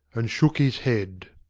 and shook his head.